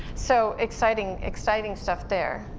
so exciting exciting stuff there.